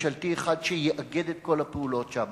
ממשלתי אחד שיאגד את כל הפעולות שם.